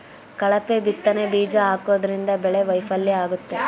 ಕಳಪೆ ಬಿತ್ತನೆ ಬೀಜ ಹಾಕೋದ್ರಿಂದ ಬೆಳೆ ವೈಫಲ್ಯ ಆಗುತ್ತೆ